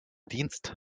dienst